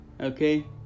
okay